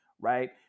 right